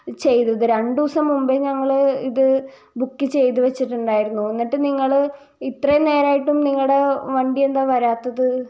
ചെയ്തത് രണ്ട് ദിവസം മുമ്പേ ഞങ്ങള് ഇത് ബുക്ക് ചെയ്ത് വെച്ചിട്ടുണ്ടായിരുന്നു എന്നിട്ടും നിങ്ങള് ഇത്രയും നേരമായിട്ടും നിങ്ങളുടെ വണ്ടിയെന്താണ് വരാത്തത്